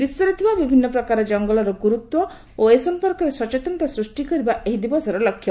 ବିଶ୍ୱରେ ଥିବା ବିଭିନ୍ନ ପ୍ରକାର ଜଙ୍ଗଲର ଗୁରୁତ୍ୱ ଓ ଏ ସମ୍ପର୍କରେ ସଚେତନତା ସୃଷ୍ଟି କରିବା ଏହି ଦିବସର ଲକ୍ଷ୍ୟ